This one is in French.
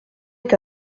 est